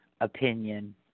opinion